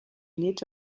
nits